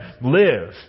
live